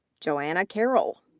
johanna carroll,